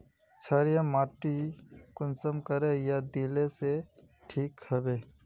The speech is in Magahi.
क्षारीय माटी कुंसम करे या दिले से ठीक हैबे?